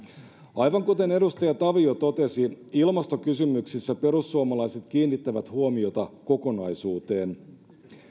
aivan kuten edustaja tavio totesi ilmastokysymyksissä perussuomalaiset kiinnittävät huomiota kokonaisuuteen